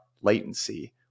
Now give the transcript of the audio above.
latency